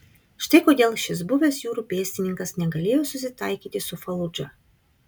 štai kodėl šis buvęs jūrų pėstininkas negalėjo susitaikyti su faludža